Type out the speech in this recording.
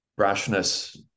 brashness